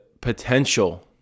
potential